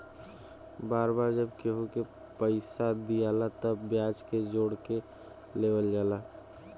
बार बार जब केहू के पइसा दियाला तब ब्याज के जोड़ के लेवल जाला